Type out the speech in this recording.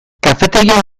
kafetegian